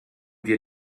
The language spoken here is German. wir